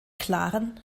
klaren